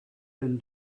been